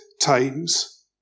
times